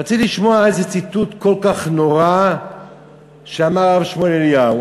רציתי לשמוע איזה ציטוט כל כך נורא שאמר הרב שמואל אליהו.